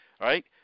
right